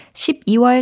12월